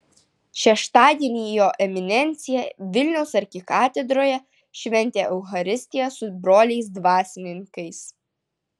šeštadienį jo eminencija vilniaus arkikatedroje šventė eucharistiją su broliais dvasininkais